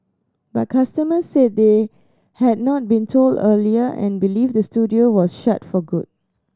but customers said they had not been told earlier and believe the studio was shut for good